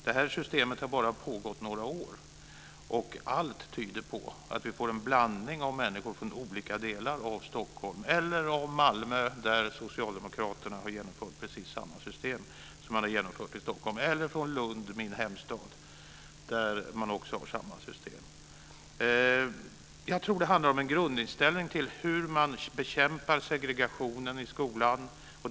Det här systemet har bara pågått i ett par år, och allt tyder på att vi får en blandning av människor från olika delar av Stockholm. Det gäller också i Malmö, där Socialdemokraterna har genomfört precis samma system som i Stockholm. I min hemstad Lund har man också samma system. Jag tror att det handlar om en grundinställning till hur man bekämpar segregationen i skolan.